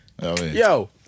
Yo